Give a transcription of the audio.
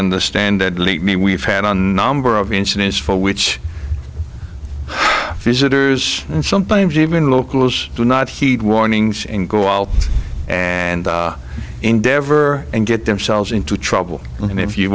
understand that lead me we've had on number of incidents for which visitors and sometimes even locals do not heed warnings and go out and endeavor and get themselves into trouble and if you